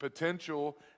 Potential